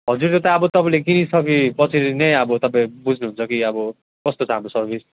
हजुर त्यो त अब तपाईँले किनिसके पछाडि नै अब तपाईँ बुझ्नुहुन्छ कि अब कस्तो छ हाम्रो सर्विस